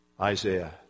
Isaiah